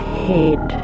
head